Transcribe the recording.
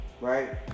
right